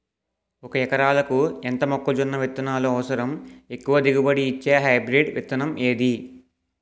ఒక ఎకరాలకు ఎంత మొక్కజొన్న విత్తనాలు అవసరం? ఎక్కువ దిగుబడి ఇచ్చే హైబ్రిడ్ విత్తనం ఏది?